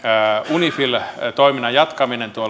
unifil toiminnan jatkaminen